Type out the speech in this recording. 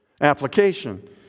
application